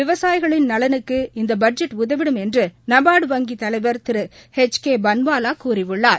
விவசாயிகளின் நலனுக்கு இந்தபட்ஜெட் உதவிடும் என்றுநபாா்டு வங்கியின் தலைவா் திருஎச் கேபன்வாலாகூறியுள்ளார்